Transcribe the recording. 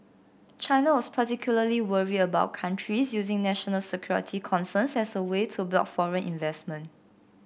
China was particularly worried about countries using national security concerns as a way to block foreign investment